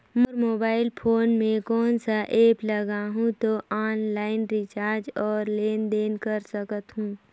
मोर mobile phone मे कोन सा एप्प लगा हूं तो ऑनलाइन रिचार्ज और लेन देन कर सकत हू?